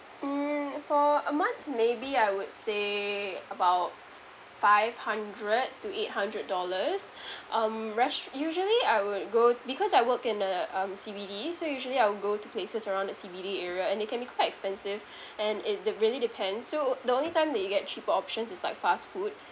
mm for a month maybe I would say about five hundred to eight hundred dollars um res~ usually I would go because I work in the um C_B_D so usually I will go to places around the C_B_D area and they can be quite expensive and it it really depends so the only time that you get cheaper options is like fast food